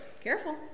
careful